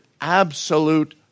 absolute